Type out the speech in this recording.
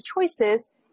choices